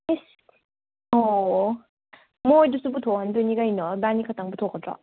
ꯏꯁ ꯑꯣ ꯑꯣ ꯃꯣꯏꯗꯨꯁꯨ ꯄꯨꯊꯣꯛꯍꯟꯗꯣꯏꯅꯤ ꯀꯩꯅꯣ ꯏꯕꯥꯏꯅꯤ ꯈꯛꯇꯪ ꯄꯨꯊꯣꯛꯀꯗ꯭ꯔꯣ